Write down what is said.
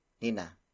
Nina